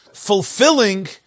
Fulfilling